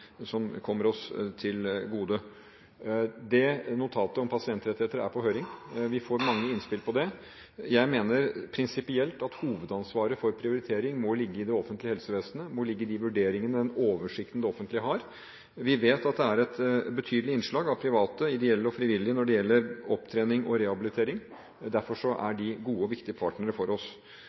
som kommer oss til gode. Notatet om pasientrettigheter er på høring. Vi får mange innspill på det. Jeg mener prinsipielt at hovedansvaret for prioritering må ligge i det offentlige helsevesenet – må ligge i de vurderingene, den oversikten, det offentlige har. Vi vet at det er et betydelig innslag av private, ideelle og frivillige når det gjelder opptrening og rehabilitering. Derfor er de gode og viktige partnere for oss.